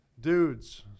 dudes